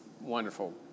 wonderful